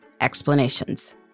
explanations